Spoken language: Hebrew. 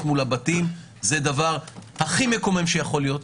מול הבתים זה דבר הכי מקום שיכול להיות,